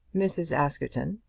mrs. askerton,